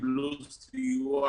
קיבלו סיוע